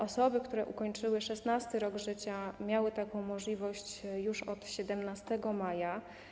Osoby, które ukończyły 16. rok życia, miały taką możliwość już od 17 maja.